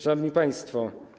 Szanowni Państwo!